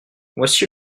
voici